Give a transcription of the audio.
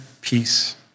peace